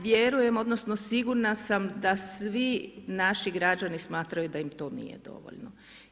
Vjerujem, odnosno sigurna sam da svi naši građani smatraju da im to nije dovoljno.